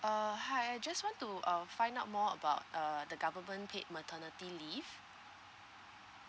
uh hi I just want to uh find out more about uh the government paid maternity leave